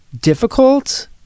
difficult